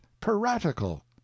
piratical